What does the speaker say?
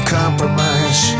compromise